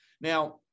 Now